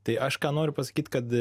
tai aš ką noriu pasakyti kad